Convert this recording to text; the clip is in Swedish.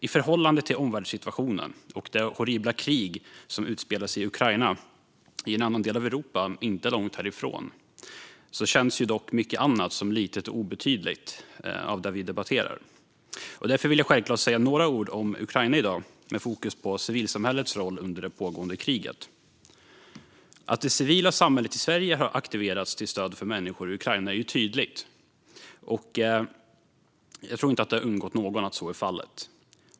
I förhållande till omvärldssituationen och det horribla krig som utspelar sig i Ukraina - i en annan del av Europa inte långt härifrån - känns dock mycket annat av det vi debatterar som litet och obetydligt. Därför vill jag självklart säga några ord om Ukraina i dag med fokus på civilsamhällets roll under det pågående kriget. Att det civila samhället i Sverige har aktiverats till stöd för människor i Ukraina är tydligt; jag tror inte att det har undgått någon att så är fallet.